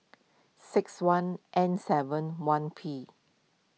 six one N seven one P